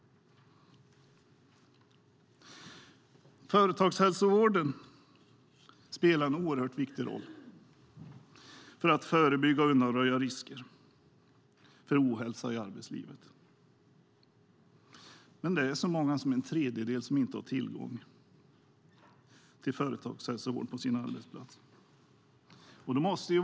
Företagshälsovården spelar en oerhört viktig roll för att förebygga och undanröja risker för ohälsa i arbetslivet. Men det är så många som en tredjedel som inte har tillgång till företagshälsovård på sin arbetsplats.